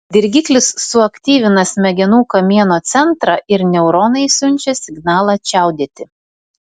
dirgiklis suaktyvina smegenų kamieno centrą ir neuronai siunčia signalą čiaudėti